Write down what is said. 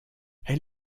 elle